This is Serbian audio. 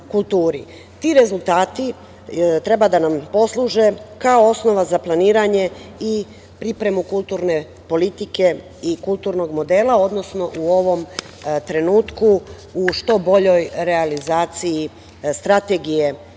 Ti rezultati treba da nam posluže kao osnova za planiranje i pripremu kulturne politike i kulturnog modela, odnosno u ovom trenutku u što boljoj realizaciji strategije